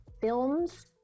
films